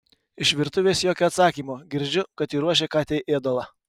iš virtuvės jokio atsakymo girdžiu kad ji ruošia katei ėdalą